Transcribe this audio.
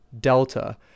delta